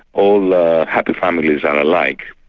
all happy families are alike,